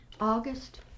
August